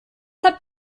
habt